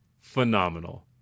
phenomenal